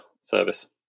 service